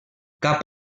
cap